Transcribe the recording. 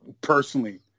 personally